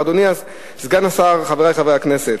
אדוני סגן השר, חברי חברי הכנסת,